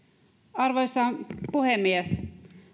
arvoisa puhemies